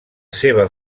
seva